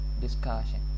discussion